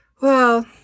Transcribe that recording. Well